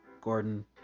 Gordon